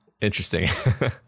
Interesting